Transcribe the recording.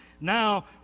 Now